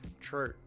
True